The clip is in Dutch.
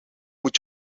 moet